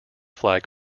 flag